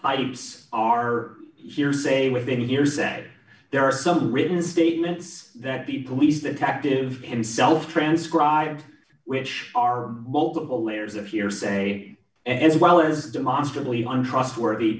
types are hearsay within years a there are some written statements that the police detective himself transcribed which are multiple layers of hearsay and as well as demonstrably untrustworthy